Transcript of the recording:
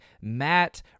Matt